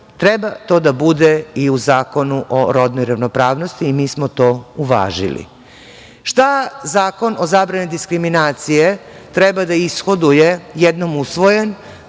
treba to da bude i u Zakonu o rodnoj ravnopravnosti i mi smo to uvažili. Šta Zakon o zabrani diskriminacije treba da ishoduje jednom usvojen,